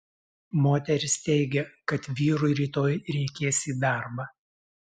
moteris teigia kad vyrui rytoj reikės į darbą